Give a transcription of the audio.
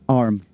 arm